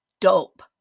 dope